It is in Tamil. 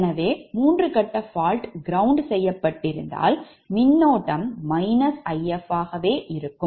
எனவே மூன்று கட்ட fault ground செய்யப்பட்டிருந்தால் மின்னோட்டம் If ஆக இருக்கும்